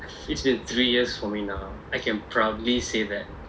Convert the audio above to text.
it's been three years for me now I can proudly say that